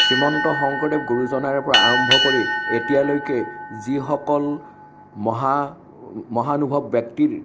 শ্ৰীমন্ত শংকৰদেৱ গুৰুজনাৰ পৰা আৰম্ভ কৰি এতিয়ালৈকে যিসকল মহা মহানুভৱ ব্যক্তিৰ